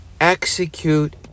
execute